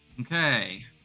okay